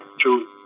two